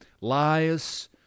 lies